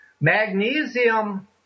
Magnesium